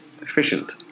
Efficient